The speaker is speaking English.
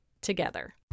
together